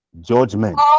Judgment